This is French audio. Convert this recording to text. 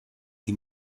qui